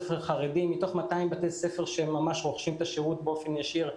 מתוך 200 בתי ספר שממש רוכשים את השירות באופן ישיר,